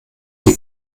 die